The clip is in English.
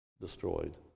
destroyed